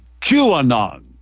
QAnon